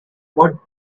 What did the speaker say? what